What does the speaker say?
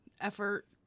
effort